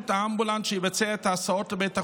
האמבולנס שיבצע את ההסעות לבית החולים,